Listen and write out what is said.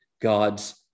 God's